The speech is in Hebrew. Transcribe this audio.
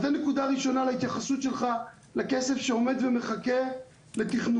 אז זו נקודה ראשונה להתייחסות שלך לכסף שעומד ומחכה לתכנון.